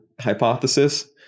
hypothesis